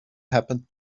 happened